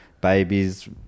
babies